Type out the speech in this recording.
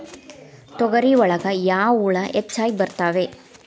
ತೊಗರಿ ಒಳಗ ಯಾವ ಹುಳ ಹೆಚ್ಚಾಗಿ ಬರ್ತವೆ?